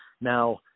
now